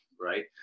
right